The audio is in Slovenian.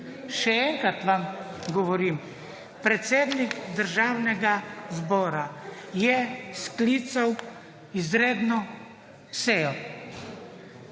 Še enkrat vam govorim. Predsednik Državnega zbora je sklical izredno sejo